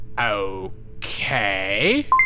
Okay